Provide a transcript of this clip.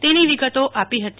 તેનો વિગતો આપી હતી